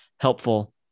Helpful